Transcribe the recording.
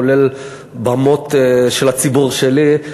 כולל במות של הציבור שלי,